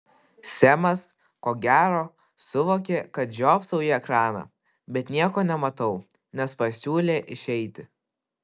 semas ko gero suvokė kad žiopsau į ekraną bet nieko nematau nes pasiūlė išeiti